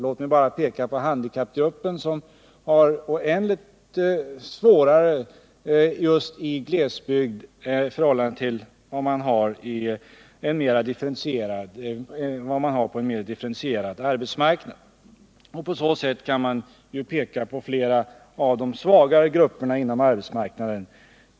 Låt mig bara peka på handikappgruppen, som har oändligt mycket svårare att få arbete just i glesbygden än på en mer differentierad arbetsmarknad. På så sätt kan man peka på flera av de svagare grupperna inom arbetsmarknaden.